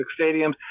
stadiums